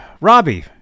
Robbie